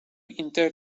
inte